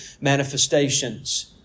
manifestations